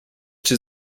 czy